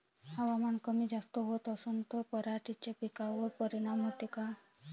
हवामान कमी जास्त होत असन त पराटीच्या पिकावर परिनाम होते का?